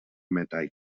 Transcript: metall